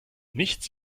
nichts